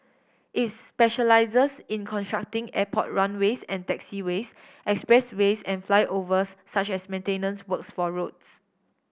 is specialises in constructing airport runways and taxiways expressways and flyovers such as maintenance works for roads